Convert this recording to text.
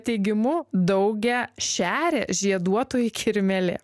teigimu daugiašiarė žieduotoji kirmėlė